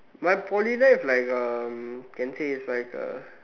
my Poly life like um can say it's like uh